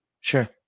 Sure